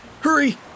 hurry